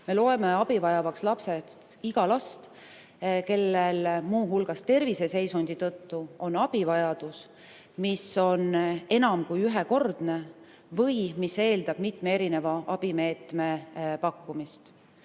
me loeme abi vajavaks iga last, kellel muu hulgas terviseseisundi tõttu on abivajadus, mis on enam kui ühekordne või mis eeldab mitme erineva abimeetme pakkumist.